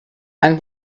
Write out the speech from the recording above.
ein